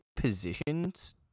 positions